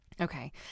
Okay